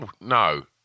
no